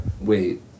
wait